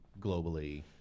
globally